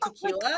Tequila